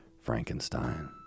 Frankenstein